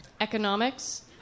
Economics